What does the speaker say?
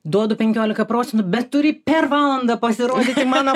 duodu penkiolika procentų bet turi per valandą pasirodyti mano